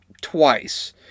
twice